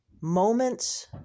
Moments